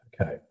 Okay